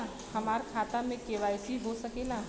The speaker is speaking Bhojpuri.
हमार खाता में के.वाइ.सी हो सकेला?